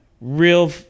Real